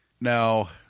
now